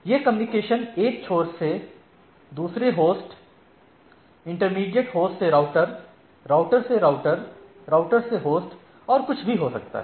यह कम्युनिकेशन एक छोर से दूसरे होस्ट इंटरमीडिएट होस्ट से राउटर राउटर से राउटर राउटर से होस्ट और कुछ भी हो सकता है